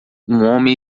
homem